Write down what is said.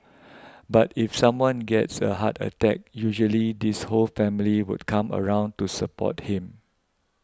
but if someone gets a heart attack usually this whole family would come around to support him